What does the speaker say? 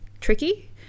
tricky